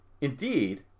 Indeed